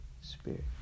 Spirit